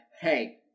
hey